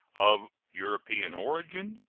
of european origin,